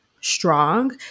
strong